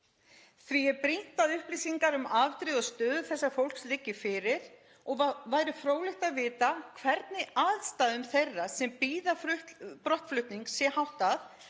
Því er brýnt að upplýsingar um afdrif og stöðu þessa fólks liggi fyrir og væri fróðlegt að vita hvernig aðstæðum þeirra sem bíða brottflutnings sé háttað